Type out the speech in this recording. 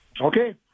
Okay